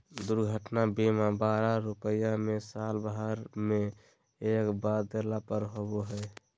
दुर्घटना बीमा बारह रुपया में साल भर में एक बार देला पर होबो हइ